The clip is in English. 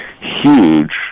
huge